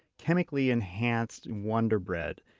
chemically enhanced wonder bread.